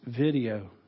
video